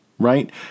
Right